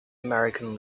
american